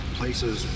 places